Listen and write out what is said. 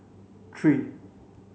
three